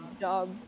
job